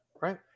Right